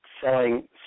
selling